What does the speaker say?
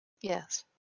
Yes